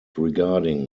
regarding